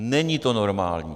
Není to normální.